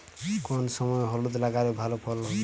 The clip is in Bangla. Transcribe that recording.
কোন সময় হলুদ লাগালে ভালো ফলন হবে?